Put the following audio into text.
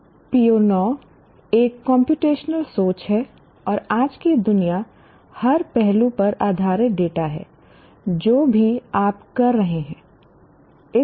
PO9 एक computational सोच है और आज की दुनिया हर पहलू पर आधारित डेटा है जो भी आप कर रहे हैं